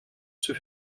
zur